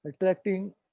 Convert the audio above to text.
attracting